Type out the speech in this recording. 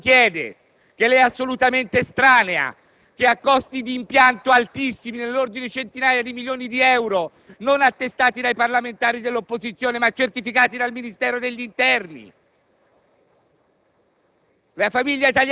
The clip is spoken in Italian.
che la società italiana non ci chiede, che le è assolutamente estranea e che comporta costi di impianto altissimi, nell'ordine di centinaia di milioni di euro, non attestati dai parlamentari dell'opposizione, ma certificati dal Ministero dell'interno.